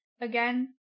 again